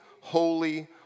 holy